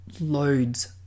loads